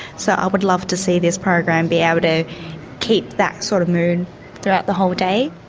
so i would love to see this program be able to keep that sort of mood throughout the whole day.